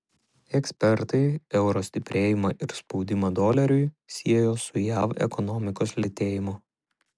ekspertai euro stiprėjimą ir spaudimą doleriui siejo su jav ekonomikos lėtėjimu